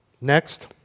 Next